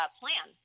plan